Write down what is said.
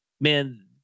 man